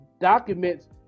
documents